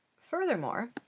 Furthermore